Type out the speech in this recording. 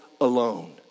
alone